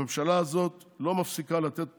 הממשלה הזאת לא מפסיקה לתת